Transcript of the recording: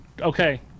Okay